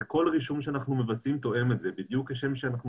כל רישום שאנחנו מבצעים תואם את זה בדיוק כשם שאנחנו